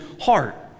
heart